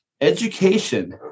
Education